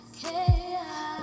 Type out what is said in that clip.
chaos